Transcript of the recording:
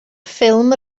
ffilm